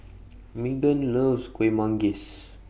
Meghan loves Kuih Manggis